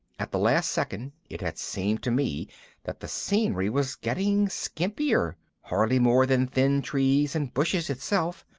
at the last second it had seemed to me that the scenery was getting skimpier, hardly more than thin trees and bushes itself,